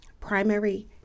Primary